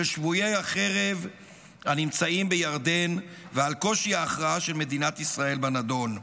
שבויי החרב הנמצאים בירדן ועל קושי ההכרעה של מדינת ישראל בנדון,